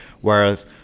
Whereas